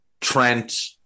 Trent